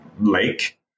lake